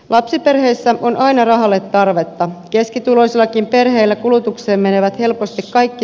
lapsiperheissä punainen ole tarvetta keskituloisillakin perheillä kulutukseen menevät helposti kaikki